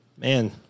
Man